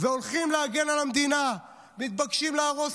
והולכים להגן על המדינה מתבקשים להרוס